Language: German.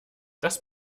das